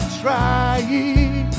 trying